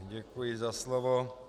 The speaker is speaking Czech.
Děkuji za slovo.